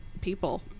people